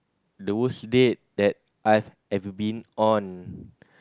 the worst date that I've ever been on